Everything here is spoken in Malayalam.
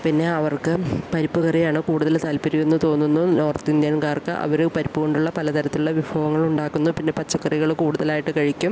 പിന്നെ അവർക്ക് പരിപ്പ് കറിയാണ് കൂടുതൽ താല്പര്യമെന്ന് തോന്നുന്നു നോർത്ത് ഇന്ത്യകാർക്ക് അവര് പരിപ്പ് കൊണ്ടുള്ള പലതരത്തിലുള്ള വിഭവങ്ങൾ ഉണ്ടാക്കുന്നു പിന്നെ പച്ചക്കറികള് കൂടുതലായിട്ട് കഴിക്കും